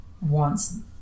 wants